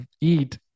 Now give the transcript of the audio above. eat